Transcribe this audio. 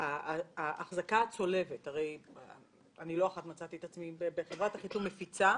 לא אחת מצאתי את עצמי שחברת החיתום מפיצה,